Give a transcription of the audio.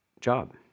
job